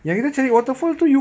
ya